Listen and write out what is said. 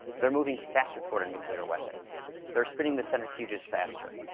they're moving faster toward a nuclear weapon they're spinning the centrifuges faster.